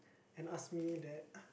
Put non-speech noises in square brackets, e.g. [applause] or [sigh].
and ask me that [noise]